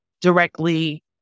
directly